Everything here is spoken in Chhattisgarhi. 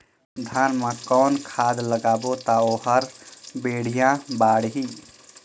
धान मा कौन खाद लगाबो ता ओहार बेडिया बाणही?